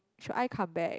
should I come back